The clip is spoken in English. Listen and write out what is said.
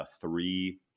three